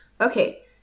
Okay